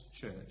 church